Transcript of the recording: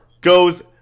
goes